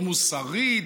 לא מוסרית,